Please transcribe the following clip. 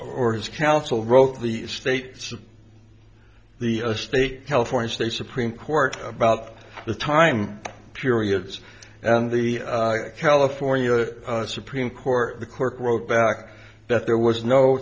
or his counsel both the state's the state california state supreme court about the time periods and the california supreme court the clerk wrote back that there was no